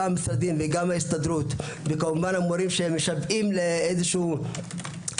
גם המשרדים וגם ההסתדרות והמורים שמשוועים להכרה,